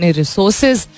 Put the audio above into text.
resources